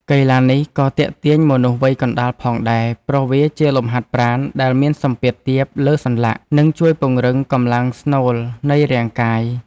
កីឡានេះក៏ទាក់ទាញមនុស្សវ័យកណ្ដាលផងដែរ ព្រោះវាជាលំហាត់ប្រាណដែលមានសម្ពាធទាបលើសន្លាក់ និងជួយពង្រឹងកម្លាំងស្នូលនៃរាងកាយ។